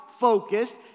Focused